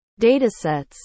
datasets